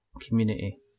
community